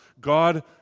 God